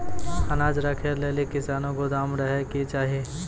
अनाज राखै लेली कैसनौ गोदाम रहै के चाही?